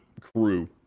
crew